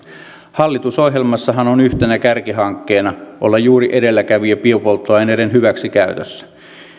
hallitusohjelmassahan on yhtenä kärkihankkeena olla juuri edelläkävijä biopolttoaineiden hyväksikäytössä